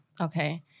okay